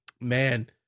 man